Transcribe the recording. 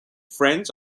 friends